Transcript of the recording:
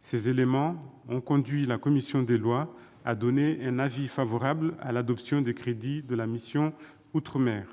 Ces éléments ont conduit la commission des lois à émettre un avis favorable à l'adoption des crédits de la mission « Outre-mer ».